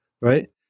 right